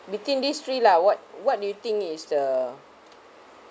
between these three lah what what do you think is the